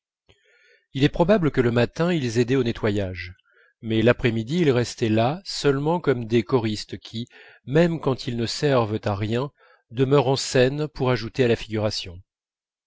il est probable que le matin ils aidaient au nettoyage mais l'après-midi ils restaient là seulement comme des choristes qui même quand ils ne servent à rien demeurent en scène pour ajouter à la figuration